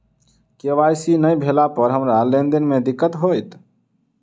KYC नै भेला पर हमरा लेन देन मे दिक्कत होइत?